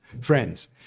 friends